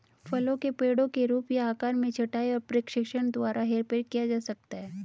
फलों के पेड़ों के रूप या आकार में छंटाई और प्रशिक्षण द्वारा हेरफेर किया जा सकता है